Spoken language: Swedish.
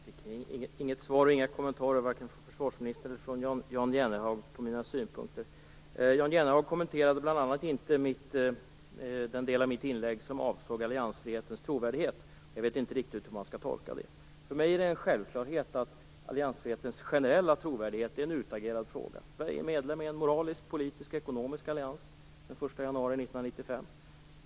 Herr talman! Jag fick inget svar och inga kommentarer vare sig från försvarsministern eller från Jan Jennehag på mina synpunkter. Jan Jennehag kommenterade bl.a. inte den del av mitt inlägg som avsåg alliansfrihetens trovärdighet. Jag vet inte riktigt hur man skall tolka det. För mig är det en självklarhet att alliansfrihetens generella trovärdighet är en utagerad fråga. Sverige är medlem i en moralisk, politisk och ekonomisk allians sedan den 1 januari 1995.